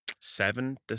seven